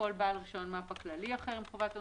גם לכל בעל רישיון כללי אחר מבוטלת חובת האוניברסליות.